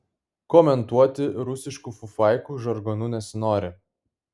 komentuoti rusiškų fufaikų žargonu nesinori